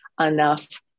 enough